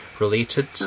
related